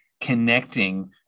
connecting